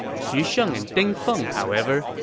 xu sheng and ding feng, however,